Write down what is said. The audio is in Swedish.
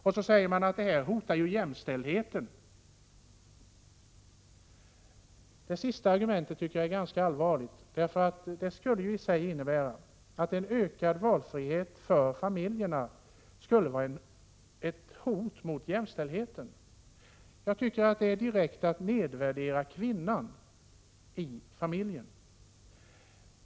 Man säger vidare att förslaget hotar jämställdheten. Det senare argumentet tycker jag är ganska egendomligt, eftersom det i sig ju skulle innebära att en ökad valfrihet för familjerna vore ett hot mot jämställdheten. Jag tycker att detta är att direkt nedvärdera kvinnan i familjen.